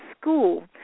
school